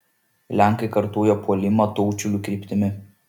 lenkai kartojo puolimą taučiulių kryptimi